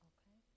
Okay